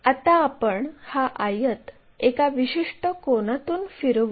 आता आपण हा आयत एका विशिष्ट कोनातून फिरवू